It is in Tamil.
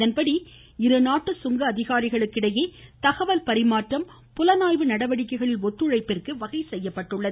இதன்படி இரு நாட்டு சுங்க அதிகாரிகளுக்கு இடையே தகவல்கள் பரிமாற்றம் புலனாய்வு நடவடிக்கைகளில் ஒத்துழைப்பிற்கு வகை செய்யப்பட்டுள்ளன